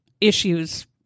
issues